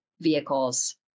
vehicles